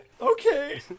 Okay